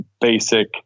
basic